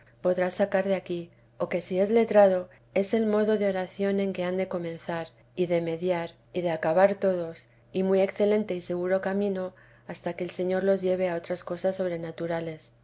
podrá sacar de aquí o que si es letrado es el modo de oración en que han de comenzar y de mediar y de acabar todos y muy excelente y seguro camino hasta que el señor los lleve a otras cosas sobrenaturales